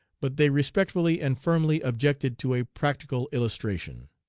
but they respectfully and firmly objected to a practical illustration.